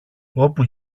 όπου